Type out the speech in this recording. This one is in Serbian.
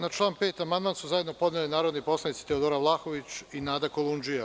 Na član 5. amandman su zajedno podnele narodni poslanici Teodora Vlahović i Nada Kolundžija.